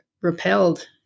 repelled